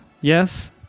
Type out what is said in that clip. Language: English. Yes